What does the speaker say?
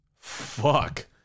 fuck